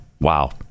Wow